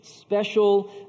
special